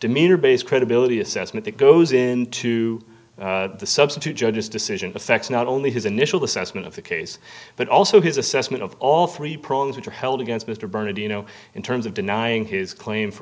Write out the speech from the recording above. demeanor based credibility assessment that goes into the substitute judge's decision affects not only his initial assessment of the case but also his assessment of all three prongs which are held against mr bernadino in terms of denying his claim for